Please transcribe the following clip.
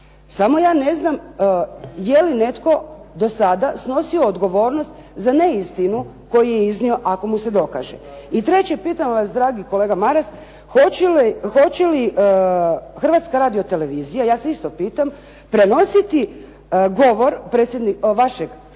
Samo ja ne znam je li netko do sada snosio odgovornost za neistinu koju je iznio ako mu se dokaže. I treće, pitam vas dragi kolega Maras, hoće li Hrvatska radiotelevizija, ja se isto pitam, prenositi govor vašeg